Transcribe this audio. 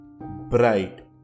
bright